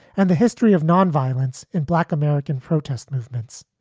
and the history of nonviolence in black american protest movements.